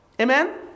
Amen